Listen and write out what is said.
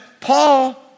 Paul